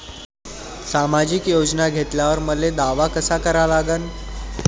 सामाजिक योजना घेतल्यावर मले दावा कसा करा लागन?